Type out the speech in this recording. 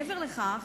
מעבר לכך,